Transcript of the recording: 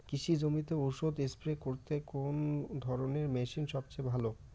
কৃষি জমিতে ওষুধ স্প্রে করতে কোন ধরণের মেশিন সবচেয়ে ভালো?